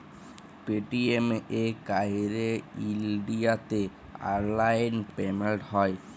Paytm এ ক্যইরে ইলডিয়াতে অললাইল পেমেল্ট হ্যয়